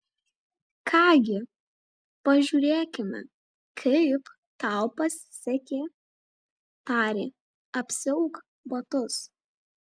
ką gi pažiūrėkime kaip tau pasisekė tarė apsiauk batus